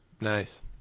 Nice